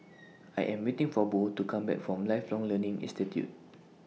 I Am waiting For Bo to Come Back from Lifelong Learning Institute